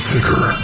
Thicker